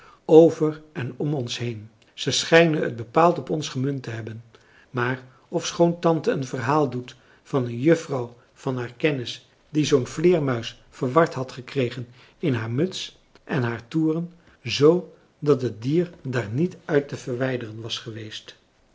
over en om ons heen zij schijnen het bepaald op ons gemunt te hebben maar ofschoon tante een verhaal doet van een juffrouw van haar kennis die zoo'n vleermuis verward had gekregen in haar muts en haar toeren z dat het dier daar niet uit te verwijderen was geweest